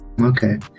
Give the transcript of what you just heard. Okay